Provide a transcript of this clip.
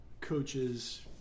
coaches